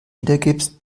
wiedergibst